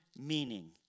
meaning